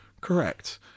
Correct